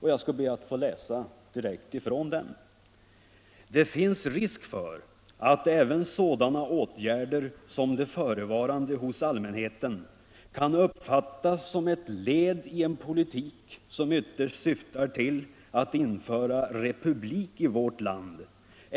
Man säger där att det finns ”en risk för att även sådana åtgärder som de förevarande hos allmänheten kan uppfattas som ett led i en politik som ytterst syftar till att införa republik i vårt land.